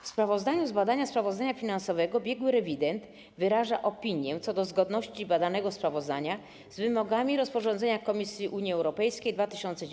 W sprawozdaniu z badania sprawozdania finansowego biegły rewident wyraża opinię co do zgodności badanego sprawozdania z wymogami rozporządzenia Komisji Unii Europejskiej 2019/815.